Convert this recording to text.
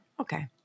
okay